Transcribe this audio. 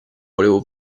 volevo